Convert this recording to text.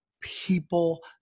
people